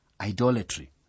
idolatry